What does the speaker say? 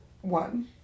One